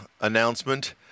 announcement